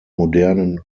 modernen